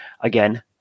again